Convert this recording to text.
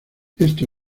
esto